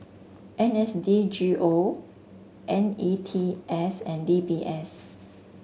N S D G O N E T S and D B S